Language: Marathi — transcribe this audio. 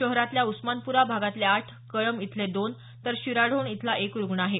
शहरातल्या उस्मानप्रा भागातले आठ कळंब इथले दोन तर शिराढोण इथला एक रुग्ण आहे